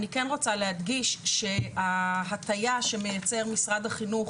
אני כן רוצה להדגיש שההטיה שמייצר משרד החינוך